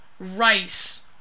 rice